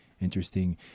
interesting